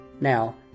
Now